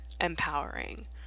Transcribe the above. empowering